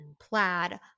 plaid